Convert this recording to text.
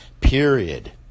period